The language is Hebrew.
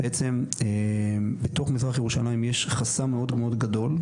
בעצם בתוך מזרח ירושלים יש חסם מאוד מאוד גדול,